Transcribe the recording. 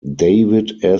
david